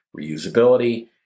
reusability